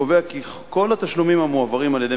קובע כי כל התשלומים המועברים על-ידי